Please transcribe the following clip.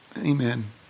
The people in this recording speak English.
Amen